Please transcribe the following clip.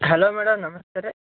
hello madam ನಮಸ್ತೆ ರೀ